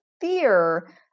fear